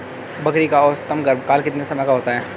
बकरी का औसतन गर्भकाल कितने समय का होता है?